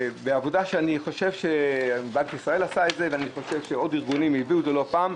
עבודה שאני חושב שבנק ישראל עשה וארגונים נוספים הביאו אותה לא פעם.